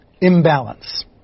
imbalance